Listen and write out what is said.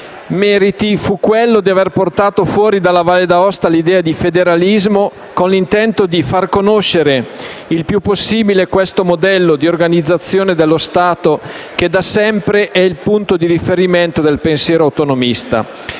fu quello di aver portato fuori dalla Valle d’Aosta l’idea di federalismo, con l’intento di far conoscere il più possibile questo modello di organizzazione dello Stato, che da sempre è il punto di riferimento del pensiero autonomista.